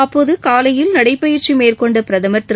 அப்போக காலையில் நடைபயிற்சி மேற்கொண்ட பிரகமர் திரு